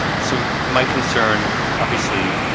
so my concern obviously